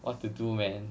what to do man